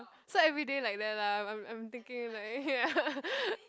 so everyday like that lah I'm I'm thinking like ya